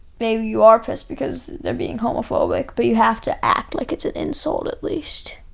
maybe you are pissed because they're being homophobic, but you have to act like it's an insult at least.